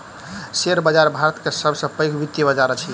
share बाजार भारत के सब सॅ पैघ वित्तीय बजार अछि